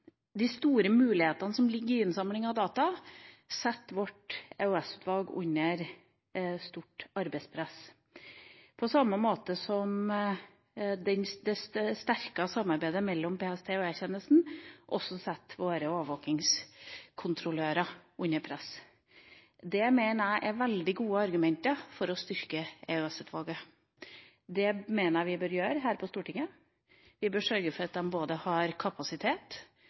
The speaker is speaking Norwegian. De store mulighetene som ligger i innsamling av data, setter vårt EOS-utvalg under stort arbeidspress. På samme måte som det styrker samarbeidet mellom PST- og E-tjenesten, setter det også våre overvåkingskontrollører under press. Det mener jeg er veldig gode argumenter for å styrke EOS-utvalget. Det mener jeg vi bør gjøre her på Stortinget. Vi bør sørge for at de har kapasitet,